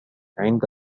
عند